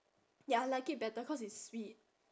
ya I like it better cause it's sweet